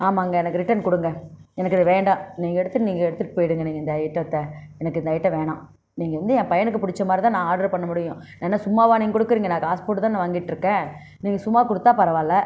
ஆமாங்க எனக்கு ரிட்டன் கொடுங்க எனக்கு இது வேண்டாம் நீங்கள் எடுத்துகிட்டு நீங்கள் எடுத்துகிட்டு போய்விடுங்க நீங்கள் இந்த ஐட்டத்தை எனக்கு இந்த ஐட்டம் வேணாம் நீங்கள் வந்து என் பையனுக்கு பிடிச்ச மாதிரிதான் நான் ஆர்டர் பண்ணமுடிடியும் என்ன சும்மாவாக நீங்கள் கொடுக்குறீங்க நான் காசு போட்டு தான் நான் வாங்கிட்டிருக்கேன் நீங்கள் சும்மா கொடுத்தா பரவாயில்லை